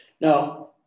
Now